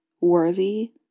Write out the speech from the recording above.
worthy